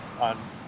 on